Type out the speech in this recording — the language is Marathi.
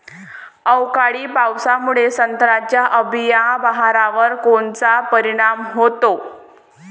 अवकाळी पावसामुळे संत्र्याच्या अंबीया बहारावर कोनचा परिणाम होतो?